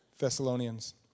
Thessalonians